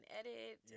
edit